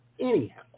anyhow